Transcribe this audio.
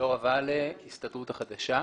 ההסתדרות החדשה.